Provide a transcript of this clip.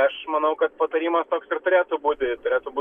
aš manau kad patarimas toks ir turėtų būti turėtų būt